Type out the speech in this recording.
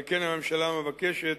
על כן, הממשלה מבקשת